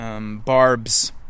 barbs